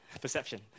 Perception